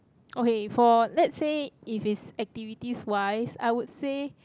okay for let's say if it's activities wise I would say